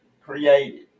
created